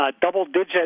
double-digit